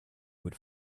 would